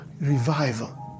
Revival